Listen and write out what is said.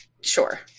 sure